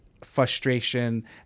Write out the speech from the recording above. frustration